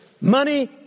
Money